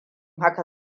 haka